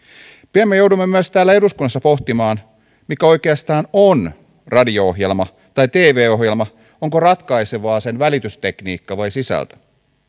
pian me joudumme myös täällä eduskunnassa pohtimaan mikä oikeastaan on radio ohjelma tai tv ohjelma onko ratkaisevaa sen välitystekniikka vai sisältö